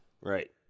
Right